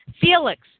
Felix